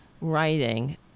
writing